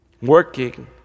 working